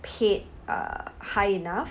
paid uh high enough